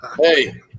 Hey